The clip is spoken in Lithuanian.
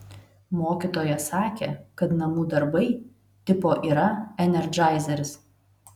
mokytoja sakė kad namų darbai tipo yra enerdžaizeris